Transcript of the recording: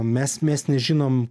mes mes nežinom